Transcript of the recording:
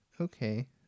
Okay